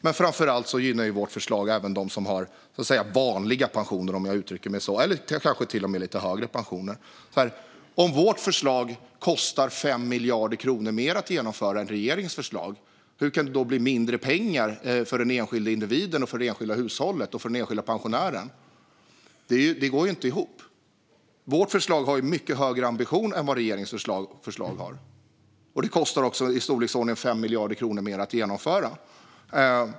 Men framför allt gynnar vårt förslag även dem som har "vanliga" pensioner eller kanske till och med lite högre pensioner. Om vårt förslag kostar 5 miljarder kronor mer att genomföra än regeringens förslag, hur kan det då bli mindre pengar för den enskilda individen, för det enskilda hushållet och för den enskilda pensionären? Det går ju inte ihop. Vårt förslag har mycket högre ambition än vad regeringens förslag har. Det kostar också i storleksordningen 5 miljarder kronor mer att genomföra.